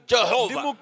Jehovah